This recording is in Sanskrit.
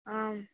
आम्